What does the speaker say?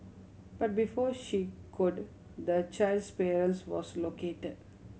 but before she could the child's parents was located